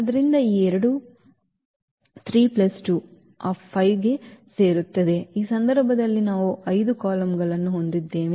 ಆದ್ದರಿಂದ ಈ ಎರಡು 3 2 ಆ 5 ಕ್ಕೆ ಸೇರಿಸುತ್ತದೆ ಈ ಸಂದರ್ಭದಲ್ಲಿ ನಾವು 5 ಕಾಲಮ್ಗಳನ್ನು ಹೊಂದಿದ್ದೇವೆ